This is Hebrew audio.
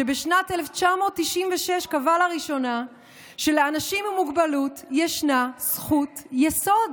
שבשנת 1996 קבע לראשונה שלאנשים עם מוגבלות ישנה זכות יסוד